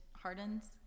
Hardens